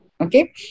Okay